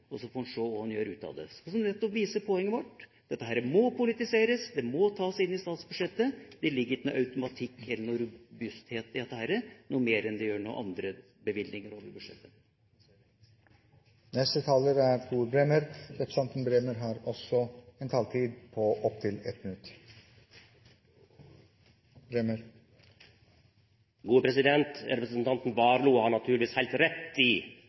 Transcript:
og så får en se hva en gjør ut av det. Dette viser nettopp poenget vårt: Dette må politiseres, det må tas inn i statsbudsjettet. Det ligger ikke noe mer automatikk eller noe mer robusthet i dette enn det gjør når det gjelder andre bevilgninger over budsjettet. Tor Bremer har hatt ordet to ganger tidligere i debatten og får ordet til en kort merknad, begrenset til 1 minutt. Representanten Warloe har naturlegvis heilt rett i